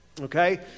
okay